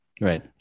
Right